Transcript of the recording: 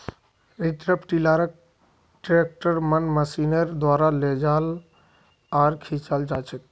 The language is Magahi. स्ट्रिप टीलारक ट्रैक्टरेर मन मशीनेर द्वारा लेजाल आर खींचाल जाछेक